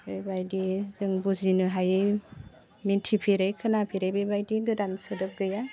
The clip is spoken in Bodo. बेबायदि जों बुजिनो हायो मोनथिफेरै खोनाफेरै बेबायदि गोदान सोदोब गैया